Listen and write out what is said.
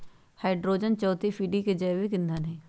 hydrogen चउथी पीढ़ी के जैविक ईंधन हई